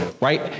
right